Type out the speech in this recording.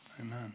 Amen